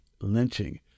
lynching